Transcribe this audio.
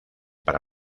para